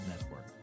Network